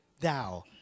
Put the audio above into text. thou